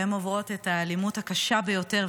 שהן עוברות את האלימות הקשה ביותר.